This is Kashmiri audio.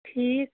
ٹھیٖک